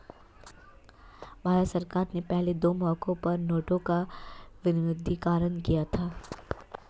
भारत सरकार ने पहले दो मौकों पर नोटों का विमुद्रीकरण किया था